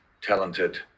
talented